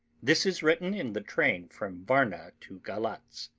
this is written in the train from varna to galatz.